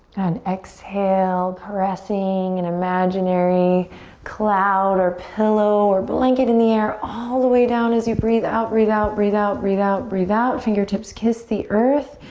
and exhale, caressing an imaginary cloud or pillow or blanket in the air all the way down as you breathe out, breathe out, breathe out, breathe out, breathe out. fingertips kiss the earth.